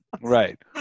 right